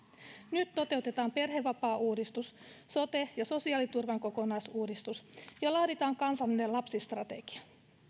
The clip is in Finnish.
nyt toteutetaan perhevapaauudistus sote ja sosiaaliturvan kokonaisuudistus ja laaditaan kansallinen lapsistrategia